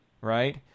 right